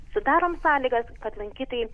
sudarom sąlygas kad lankytojai